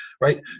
right